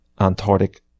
antarctic